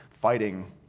fighting